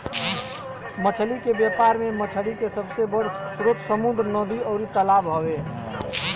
मछली के व्यापार में मछरी के सबसे बड़ स्रोत समुंद्र, नदी अउरी तालाब हवे